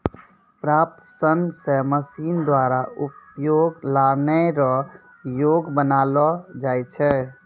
प्राप्त सन से मशीन द्वारा उपयोग लानै रो योग्य बनालो जाय छै